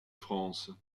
france